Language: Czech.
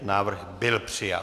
Návrh byl přijat.